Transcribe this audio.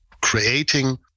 creating